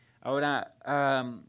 Ahora